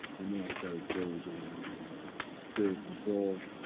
and then i started slowly getting more and more creative control,